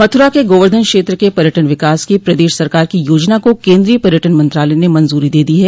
मथुरा के गोवर्धन क्षेत्र के पर्यटन विकास की प्रदेश सरकार की योजना को केन्द्रोय पर्यटन मंत्रालय ने मंजूरी दे दी है